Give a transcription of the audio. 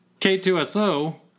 K2SO